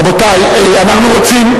רבותי, אנחנו רוצים,